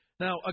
Now